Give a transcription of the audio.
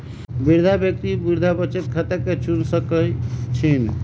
वृद्धा व्यक्ति वृद्धा बचत खता के चुन सकइ छिन्ह